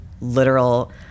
literal